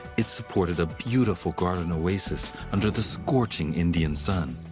it supported a beautiful garden oasis under the scorching indian sun.